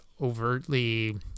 overtly